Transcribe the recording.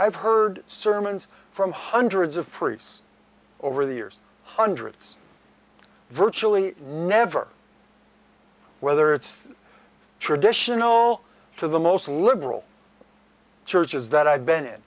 i've heard sermons from hundreds of priests over the years hundreds virtually never whether it's traditional to the most liberal churches that i've been i